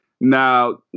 Now